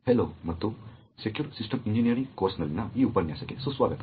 hello ಮತ್ತು secure system engineering ಕೋರ್ಸ್ನಲ್ಲಿನ ಈ ಉಪನ್ಯಾಸಕ್ಕೆ ಸ್ವಾಗತ